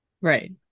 right